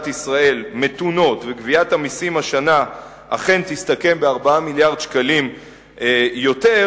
ישראל מתונות וגביית המסים השנה אכן תסתכם ב-4 מיליארדי שקלים יותר,